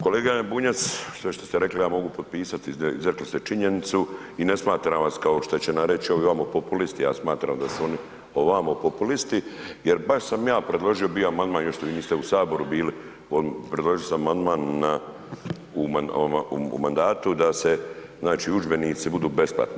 Kolega Bunjac, sve što ste rekli ja mogu potpisati, izrekli ste činjenicu i ne smatram vas kao što će nam reći ovi vamo populisti, ja smatram da su oni ovamo populisti jer baš sam ja bio predložio bio amandman, još vi niste u Saboru bili, predložio sam amandman u mandatu da se znači udžbenici budu besplatni.